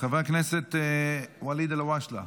חבר הכנסת ואליד אלהואשלה,